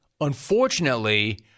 Unfortunately